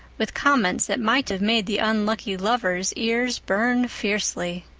with comments that might have made the unlucky lover's ears burn fiercely.